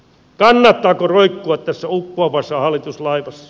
kannattaako roikkua tässä uppoavassa hallituslaivassa